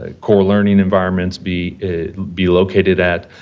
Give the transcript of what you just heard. ah core learning environments be be located at?